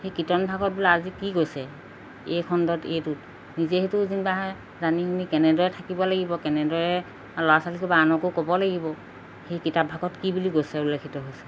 সেই কীৰ্তন ভাগত বোলে আজি কি কৈছে এই খণ্ডত এইটোত নিজে সেইটো যেন বাহে জানি শুনি কেনেদৰে থাকিব লাগিব কেনেদৰে ল'ৰা ছোৱালীকো বা আনকো ক'ব লাগিব সেই কিতাপ ভাগত কি বুলি কৈছে উল্লেখিত হৈছে